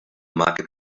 market